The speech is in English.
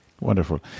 Wonderful